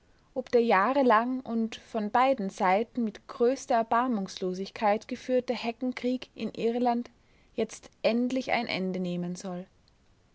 ob der jahrelang und von beiden seiten mit größter erbarmungslosigkeit geführte heckenkrieg in irland jetzt endlich ein ende nehmen soll